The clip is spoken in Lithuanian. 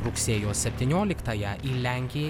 rugsėjo septynioliktąją į lenkiją